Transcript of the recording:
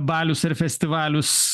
balius ir festivalius